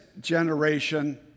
generation